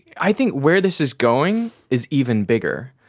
i think where this is going is even bigger,